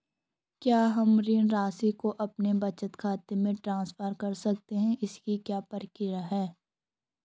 क्या हम ऋण राशि को अपने बचत खाते में ट्रांसफर कर सकते हैं इसकी क्या प्रक्रिया है?